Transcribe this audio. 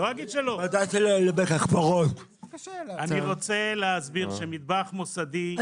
אני רוצה להסביר שמטבח מוסדי יש בו את הבעיות שלו.